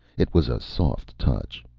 it was a soft touch.